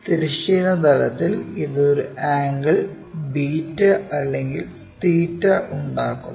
തിരശ്ചീന തലത്തിൽ ഇത് ഒരു ആംഗിൾ ബീറ്റ അല്ലെങ്കിൽ തീറ്റ ഉണ്ടാക്കുന്നു